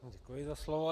Děkuji za slovo.